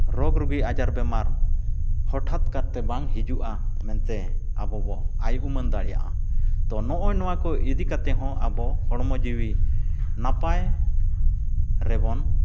ᱨᱳᱜᱽ ᱨᱩᱜᱤ ᱟᱡᱟᱨ ᱵᱮᱢᱟᱨ ᱦᱚᱴᱟᱛ ᱠᱟᱨᱛᱮ ᱵᱟᱝ ᱦᱤᱡᱩᱜᱼᱟ ᱢᱮᱱᱛᱮ ᱟᱵᱚᱵᱚᱱ ᱟᱭ ᱩᱢᱟᱹᱱ ᱫᱟᱲᱮᱭᱟᱜᱼᱟ ᱛᱳ ᱱᱚᱜᱼᱚᱭ ᱱᱚᱣᱟ ᱠᱚ ᱤᱫᱤ ᱠᱟᱛᱮᱦᱚᱸ ᱟᱵᱚ ᱦᱚᱲᱢᱚ ᱡᱤᱣᱤ ᱱᱟᱯᱟᱭ ᱨᱮᱵᱚᱱ